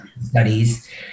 studies